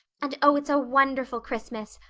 and oh, it's a wonderful christmas.